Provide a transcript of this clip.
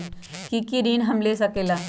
की की ऋण हम ले सकेला?